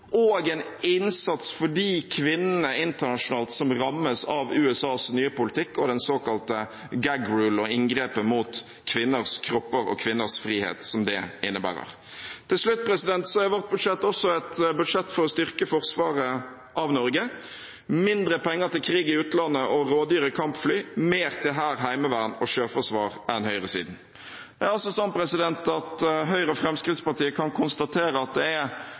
og en innsats for de kvinnene internasjonalt som rammes av USAs nye politikk og den såkalte «gag rule», og inngrepet mot kvinners kropper og kvinners frihet som det innebærer. Helt til slutt: Vårt budsjett er også et budsjett for å styrke forsvaret av Norge – mindre penger til krig i utlandet og rådyre kampfly, mer til hær, heimevern og sjøforsvar enn høyresiden. Høyre og Fremskrittspartiet kan altså konstatere at det er